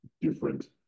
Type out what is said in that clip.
different